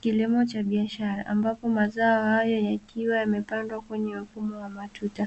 Kilimo cha biashara, ambapo mazao hayo yakiwa yamepandwa kwenye mfumo wa matuta,